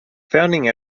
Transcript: founding